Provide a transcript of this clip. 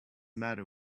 matter